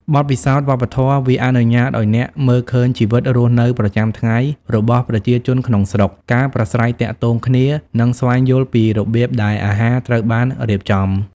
បទពិសោធន៍វប្បធម៌ វាអនុញ្ញាតឲ្យអ្នកមើលឃើញជីវិតរស់នៅប្រចាំថ្ងៃរបស់ប្រជាជនក្នុងស្រុក ការប្រាស្រ័យទាក់ទងគ្នា និងស្វែងយល់ពីរបៀបដែលអាហារត្រូវបានរៀបចំ។